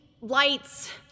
...lights